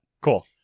Cool